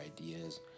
ideas